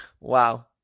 Wow